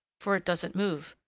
for it doesn't move.